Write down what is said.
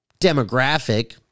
demographic